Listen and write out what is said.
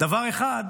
דבר אחד